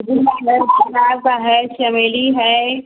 गुड़हल है गुलाब का है चमेली है